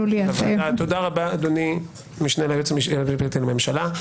אדוני המשנה ליועץ המשפטי לממשלה.